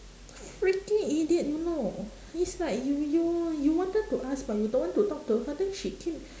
freaking idiot you know is like you you you wanted to ask but you don't want to talk to her then she keep